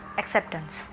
acceptance